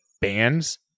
bands